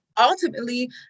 ultimately